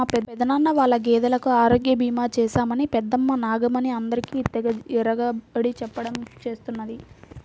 మా పెదనాన్న వాళ్ళ గేదెలకు ఆరోగ్య భీమా చేశామని పెద్దమ్మ నాగమణి అందరికీ తెగ ఇరగబడి చెప్పడం చేస్తున్నది